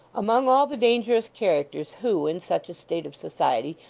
among all the dangerous characters who, in such a state of society,